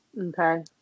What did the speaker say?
okay